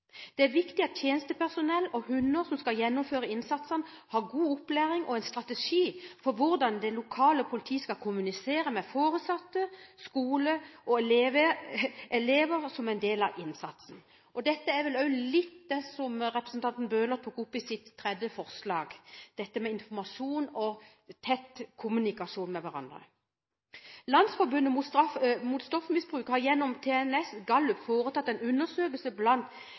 Det er viktig at tjenestepersonell og hunder som skal gjennomføre innsatsene, har god opplæring og en strategi for hvordan det lokale politiet skal kommunisere med foresatte, skole og elever som en del av innsatsen. Dette er vel litt av det som representanten Bøhler tok opp i sitt forslag, dette med informasjon og tett kommunikasjon. Landsforbundet Mot Stoffmisbruk foretok gjennom TNS Gallup en undersøkelse blant